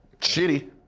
shitty